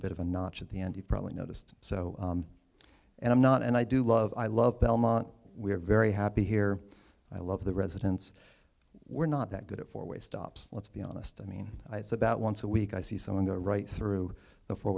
bit of a notch at the end you probably noticed so and i'm not and i do love i love belmont we're very happy here i love the residents we're not that good at four way stops let's be honest i mean i thought about once a week i see someone go right through the four